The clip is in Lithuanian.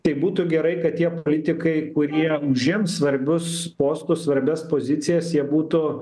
tai būtų gerai kad tie politikai kurie užims svarbius postus svarbias pozicijas jie būtų